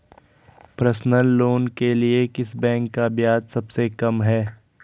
Personal loan के लिए किस बैंक का ब्याज सबसे कम है?